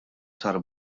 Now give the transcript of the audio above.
sar